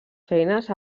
feines